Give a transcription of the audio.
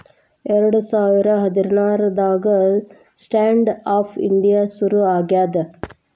ಎರಡ ಸಾವಿರ ಹದ್ನಾರಾಗ ಸ್ಟ್ಯಾಂಡ್ ಆಪ್ ಇಂಡಿಯಾ ಶುರು ಆಗ್ಯಾದ